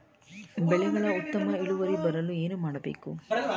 ಬೆಳೆಗಳ ಉತ್ತಮ ಇಳುವರಿ ಬರಲು ಏನು ಮಾಡಬೇಕು?